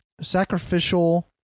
sacrificial